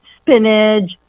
spinach